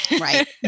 right